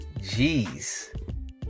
jeez